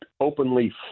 openly